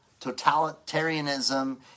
totalitarianism